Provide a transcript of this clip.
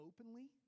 openly